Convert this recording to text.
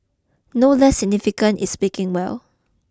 no less significant is speaking well